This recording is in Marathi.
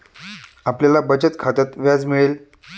आपल्याला बचत खात्यात व्याज मिळेल